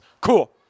cool